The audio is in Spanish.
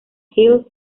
hills